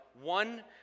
one